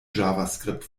javascript